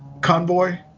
convoy